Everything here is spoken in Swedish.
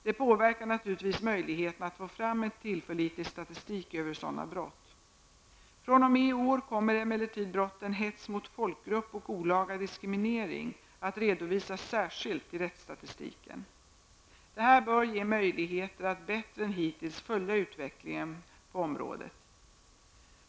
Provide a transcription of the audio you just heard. Det påverkar naturligtvis möjligheterna att få fram en tillförlitlig statistik över sådana brott. fr.o.m. i år kommer emellertid brotten hets mot folkgrupp och olaga diskriminering att redovisas särskilt i rättsstatistiken. Detta bör ge möjligheter att bättre än hittills följa utvecklingen på detta område.